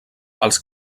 els